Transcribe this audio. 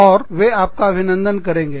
और वे आपका अभिनंदन करेंगे